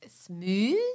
smooth